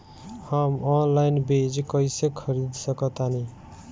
हम ऑनलाइन बीज कईसे खरीद सकतानी?